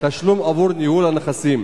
עבור ניהול הנכסים.